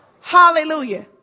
Hallelujah